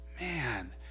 Man